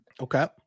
okay